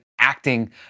acting